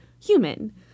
human